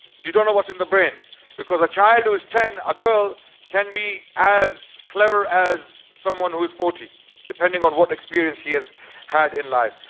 you don't know what's in the brain because a child who's ten, a girl can be as clever as someone who's forty depending on what experience she has had in life.